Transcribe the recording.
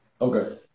Okay